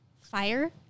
fire